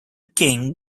king